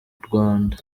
rwanda